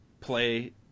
play